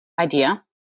idea